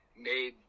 made